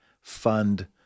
fund